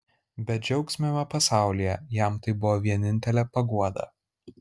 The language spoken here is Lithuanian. bedžiaugsmiame pasaulyje jam tai buvo vienintelė paguoda